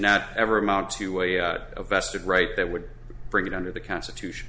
not ever amount to way out of vested right that would bring it under the constitution